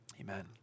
Amen